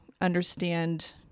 understand